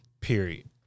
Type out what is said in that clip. Period